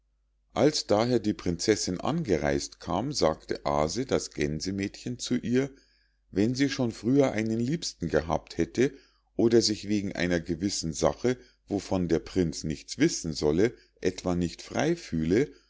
als daher die prinzessinn angereis't kam sagte aase das gänsemädchen zu ihr wenn sie schon früher einen liebsten gehabt hätte oder sich wegen einer gewissen sache wovon der prinz nichts wissen solle etwa nicht frei fühle